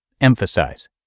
Emphasize